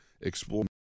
explore